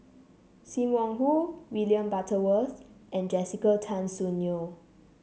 Sim Wong Hoo William Butterworth and Jessica Tan Soon Neo